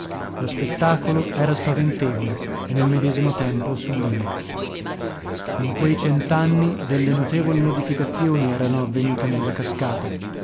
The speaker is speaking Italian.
lo spettacolo era spaventevole e nel medesimo tempo sublime in quei cent'anni delle notevoli modificazioni erano avvenute nella cascata